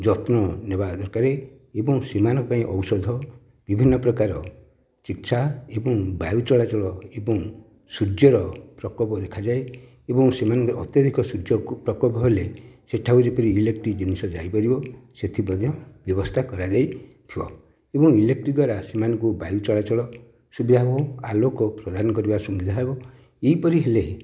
ଯତ୍ନ ନେବା ଦରକାର ଏବଂ ସେମାନଙ୍କ ପାଇଁ ଔଷଧ ବିଭିନ୍ନ ପ୍ରକାର ଚିକିତ୍ସା ଏବଂ ବାୟୁ ଚଳାଚଳ ଏବଂ ସୂର୍ଯ୍ୟର ପ୍ରକୋପ ଦେଖାଯାଏ ଏବଂ ସେମାନେ ବି ଅତ୍ୟଧିକ ସୂର୍ଯ୍ୟ ପ୍ରକୋପ ହେଲେ ସେଠିକି କେମିତି ଇଲେକ୍ଟ୍ରିକ ଜିନିଷ ଯାଇପାରିବ ସେଥିମଧ୍ୟ ବ୍ୟବସ୍ଥା କରାଯାଇଥିବ ଏବଂ ଇଲେକ୍ଟ୍ରିକ ଦ୍ୱାରା ସେମାନଙ୍କୁ ବାୟୁ ଚଳାଚଳ ସୁବିଧା ହେବ ଆଲୋକ ପ୍ରଦାନ କରିବା ସୁବିଧା ହେବ ଏହିପରି ହେଲେ